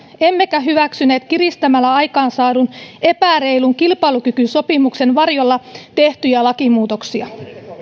emmekä hyväksyneet kiristämällä aikaansaadun epäreilun kilpailukykysopimuksen varjolla tehtyjä lakimuutoksia